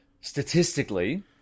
statistically